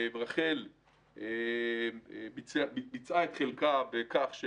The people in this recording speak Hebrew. רח"ל ביצעה את חלקה בכך,